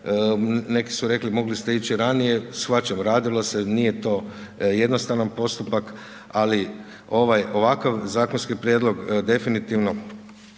neki su rekli, mogli ste ići ranije, shvaćam, radilo se nije to jednostavan postupak, ali ovakav zakonski prijedlog, definitivno,